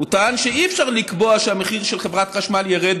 הוא טען שאי-אפשר לקבוע שהמחיר של חברת החשמל ירד